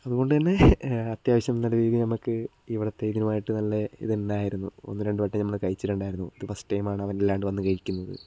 അതുകൊണ്ടുത്തന്നെ അത്യാവശ്യം നല്ല രീതിക്ക് നമുക്ക് ഇവിടുത്തെ ഇതുമായിട്ട് നല്ല ഇതുണ്ടായിരുന്നു ഒന്ന് രണ്ടു വട്ടം നമ്മൾ കഴിച്ചിട്ടുണ്ടായിരുന്നു ഇത് ഫസ്റ്റ് ടൈമാണ് അവൻ ഇല്ലാണ്ട് വന്ന് കഴിക്കുന്നത്